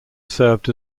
served